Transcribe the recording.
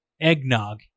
eggnog